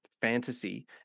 fantasy